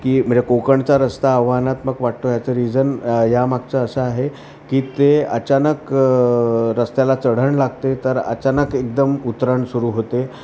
की म्हणजे कोकणचा रस्ता आव्हानात्मक वाटतो याचं रिझन या मागचं असं आहे की ते अचानक रस्त्याला चढण लागते तर अचानक एकदम उतरण सुरू होते